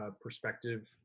perspective